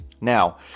Now